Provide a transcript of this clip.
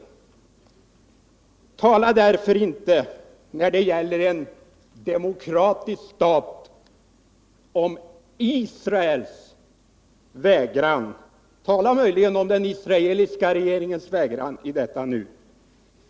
Tala därför inte när det gäller en demokratisk stat om Israels vägran, tala möjligen om den israeliska regeringens vägran i detta nu!